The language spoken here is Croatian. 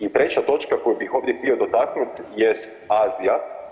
I treća točka koju bih ovdje htio dotaknuti jest Azija.